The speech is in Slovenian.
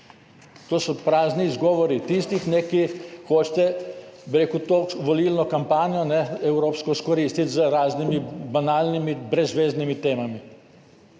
To so prazni izgovori tistih, ki hočete, bi rekel, to volilno kampanjo, evropsko, izkoristiti z raznimi banalnimi, brezzveznimi temami.